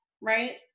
right